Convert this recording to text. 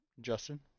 Justin